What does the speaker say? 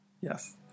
Yes